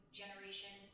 generation